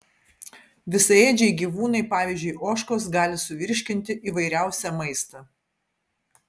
visaėdžiai gyvūnai pavyzdžiui ožkos gali suvirškinti įvairiausią maistą